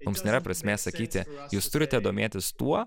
mums nėra prasmės sakyti jūs turite domėtis tuo